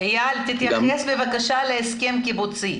תתייחס בבקשה להסכם קיבוצי.